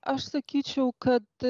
aš sakyčiau kad